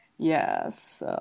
Yes